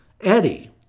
Eddie